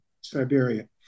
Siberia